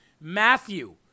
Matthew